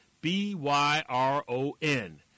B-Y-R-O-N